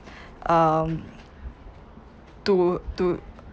um to to